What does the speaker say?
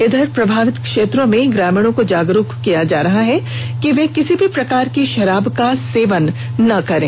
इधर प्रभावित क्षेत्रों में ग्रामीणों को जागरूक किया जा रहा है कि वे किसी भी प्रकार की शराब का सेवन ना करें